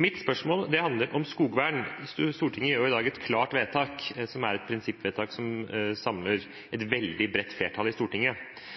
Mitt spørsmål handler om skogvern. Stortinget gjør jo i dag et klart vedtak – et prinsippvedtak som samler et